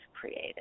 created